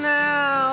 now